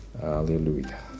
Hallelujah